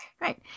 Right